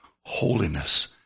holiness